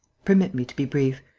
permit me to be brief.